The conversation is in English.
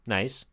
Nice